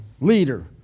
leader